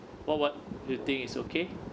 what what do you think it's okay